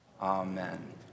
Amen